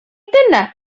dyna